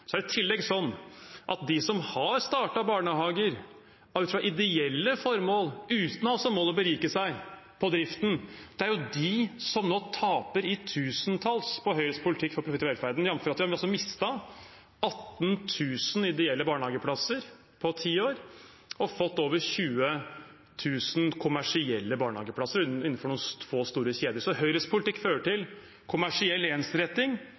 er det slik at de som har startet barnehager ut fra ideelle formål, uten å ha som mål å berike seg på driften, er de som nå taper i tusentalls på Høyres politikk med kutt i velferden, jf. at vi har mistet 18 000 ideelle barnehageplasser på ti år og fått over 20 000 kommersielle barnehageplasser innenfor noen få, store kjeder. Høyres politikk fører til kommersiell ensretting